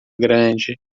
grande